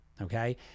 Okay